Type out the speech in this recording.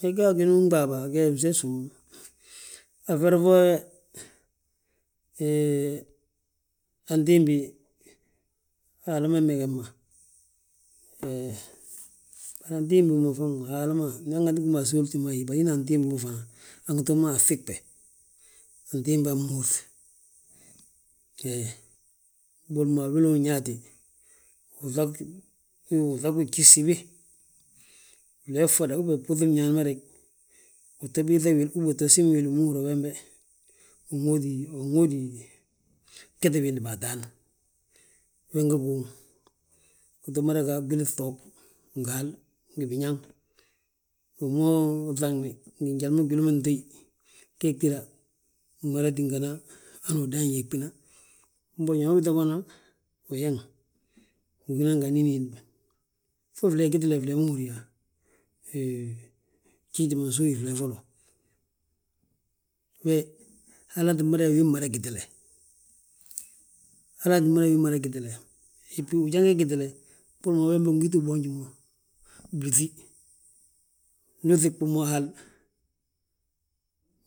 He, ga gini unɓaa bà, fnse fsúmu, a feri foo yee, hee antimbi, Haala ma meges ma. Bari antimbi ma faŋ ma Haala ma, hanganti agi mo asówti he ye, bari hina antimbi ma fanan, angi too mo a ŧiɓe. Antimbaa mmúŧ, he, boli mo a bila unyaati, uŧag, uŧag wi gjif gsibi, flee ffoda uben buŧi mñaani ma reg, uu tto biiŧa wi. Uben uu tto siim wil wi ma húri yaa wembe, win ŋóodi, win ŋóodi bjeti biindi ma ataan, we nge guuŋ. Uu tti mada ga a gwili gŧoog ngi hal ngi biñaŋ, wi ma uŧagni ngi jali ma gwili ma ntéyi, gee gtída, gmada tíngana hanu udan yeɓina. Mboŋ jalu ubiiŧa fana, uyeeŋ, ugí nan nga anín hiindi ma fo flee gitile flee ma húri yaa he gjifidi ma nsów flee folo. We halaa tti mada yaa, wii mmada gitile, ebuw wi janga gitile. Boli mo wembe win giti boonji mo blúŧi, ndu uŧiɓi mo a hal,